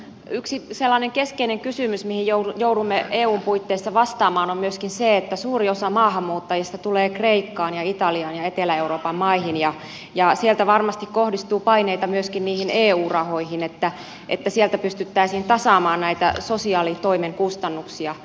yksi sellainen keskeinen kysymys mihin joudumme eun puitteissa vastaamaan on myöskin se että suuri osa maahanmuuttajista tulee kreikkaan ja italiaan ja etelä euroopan maihin ja sieltä varmasti kohdistuu paineita myöskin niihin eu rahoihin että sieltä pystyttäisiin tasaamaan näitä sosiaalitoimen kustannuksia